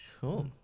Cool